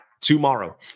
tomorrow